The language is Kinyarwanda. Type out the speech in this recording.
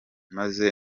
maze